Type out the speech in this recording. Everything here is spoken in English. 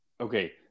Okay